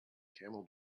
camel